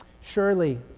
Surely